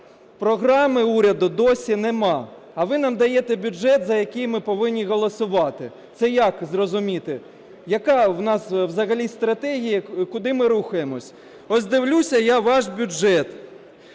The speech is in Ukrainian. програми уряду досі немає, а ви нам даєте бюджет, за який ми повинні голосувати. Це як зрозуміти? Яка в нас взагалі стратегія, куди ми рухаємось? Ось дивлюся я ваш бюджет.